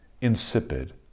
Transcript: insipid